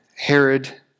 Herod